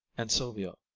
and silvio